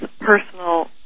personal